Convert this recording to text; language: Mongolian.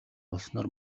болсноор